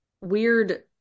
weird